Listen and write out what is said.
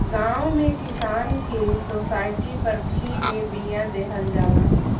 गांव में किसान के सोसाइटी पर फ्री में बिया देहल जाला